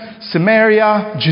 Samaria